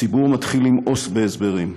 הציבור מתחיל למאוס בהסברים.